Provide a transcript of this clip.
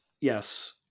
yes